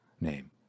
name